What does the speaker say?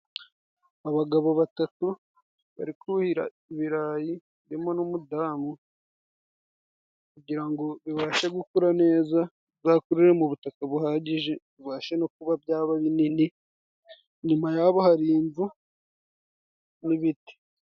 Abagabo batatu bari kuhira ibirayi harimo n'umudamu kugira ngo bibashe gukura neza, bizakurire mu ubutaka buhagije bibashe no kuba byaba binini. Nyuma ya bo hari inzu n'ibiti.